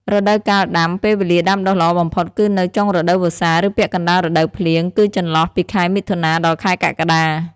រដូវកាលដាំ ពេលវេលាដាំដុះល្អបំផុតគឺនៅចុងរដូវវស្សា ឬពាក់កណ្តាលរដូវភ្លៀង គឺចន្លោះពីខែមិថុនា ដល់ខែកក្កដា។